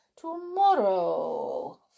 tomorrow